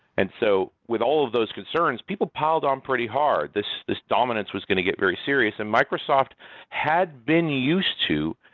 and so with all those concerns, people piled on pretty hard, this this dominance was going to get very serious, and microsoft had been used to